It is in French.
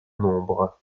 nombre